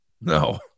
No